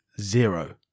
zero